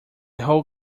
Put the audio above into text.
whole